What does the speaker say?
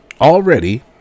already